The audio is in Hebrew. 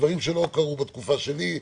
דברים שלא קרו בתקופה שלי,